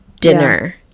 dinner